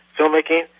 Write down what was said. filmmaking